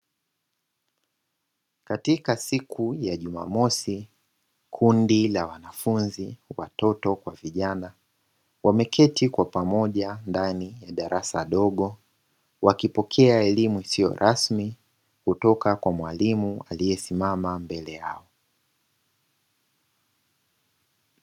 Katika siku ya jumamosi kundi la wanafunzi watoto kwa vijana, wameketi kwa pamoja ndani ya darasa dogo wakipokea elimu isiyo rasmi kutoka kwa mwalimu aliye simama mbele yao.